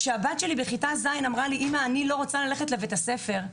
כשהבת שלי בכיתה ז' אמרה לי שהיא לא רוצה ללכת לבית הספר,